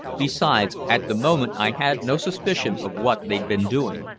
besides, at the moment i had no suspicion of what they'd been doing.